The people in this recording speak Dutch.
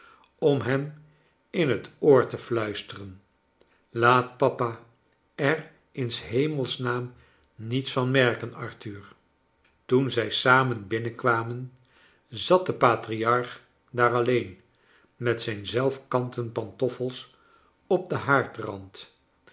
om hem in het oor te iluisteren laat papa cr in s hemcls naam niets van merken arthur toen zij samcn binncnkwamen zat de patriarch daar alleen met zij n zelfkanten pant off els op den